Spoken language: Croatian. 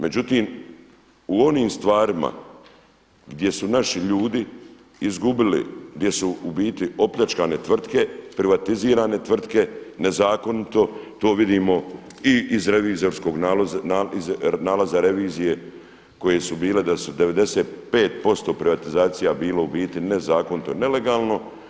Međutim, u onim stvarima gdje su naši ljudi izgubili, gdje su u biti opljačkane tvrtke, privatizirane tvrtke nezakonito to vidimo i iz revizorskog nalaza, nalaza revizije koji su bile da su 95% privatizacija bilo u biti nezakonito, nelegalno.